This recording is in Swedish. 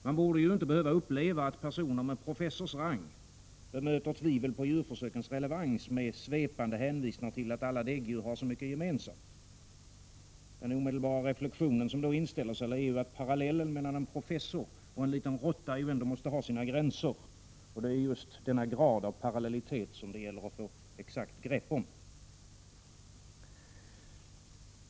Man borde ju inte behöva uppleva att personer med professors rang bemöter tvivel på djurförsökens relevans med svepande hänvisningar till att alla däggdjur har så mycket gemensamt. Den omedelbara reflexion som då inställer sig är ju att parallellen mellan en professor och en liten råtta ändå måste ha sina gränser, och det är just denna grad av parallellitet som det gäller att få ett exakt grepp om.